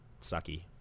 sucky